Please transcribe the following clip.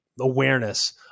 awareness